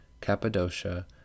Cappadocia